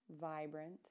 vibrant